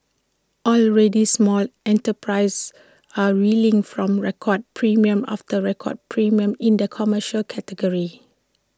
already small enterprises are reeling from record premium after record premium in the commercial category